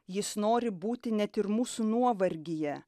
jis nori būti net ir mūsų nuovargyje